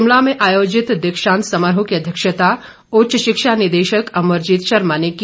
शिमला में आयोजित दीक्षांत समारोह की अध्यक्षता उच्च शिक्षा निदेशक अमरजीत शर्मा ने की